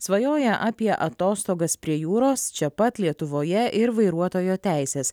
svajoja apie atostogas prie jūros čia pat lietuvoje ir vairuotojo teisės